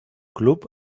club